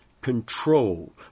control